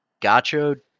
Gacho